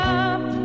up